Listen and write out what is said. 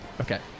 Okay